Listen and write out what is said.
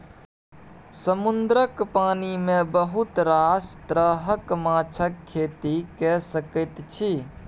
समुद्रक पानि मे बहुत रास तरहक माछक खेती कए सकैत छी